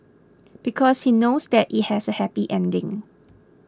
because he knows that it has a happy ending